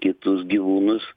kitus gyvūnus